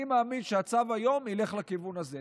אני מאמין שהצו היום ילך לכיוון הזה.